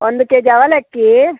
ಒಂದು K G ಅವಲಕ್ಕಿ